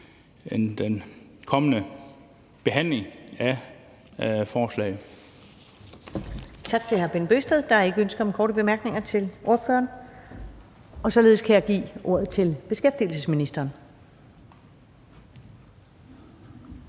til den kommende behandling af forslaget.